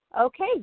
okay